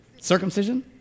Circumcision